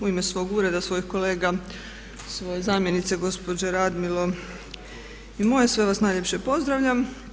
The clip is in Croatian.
U ime svog ureda, svojih kolega, svoje zamjenice gospođe Radmilo i moje sve vas najljepše pozdravljam.